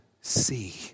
see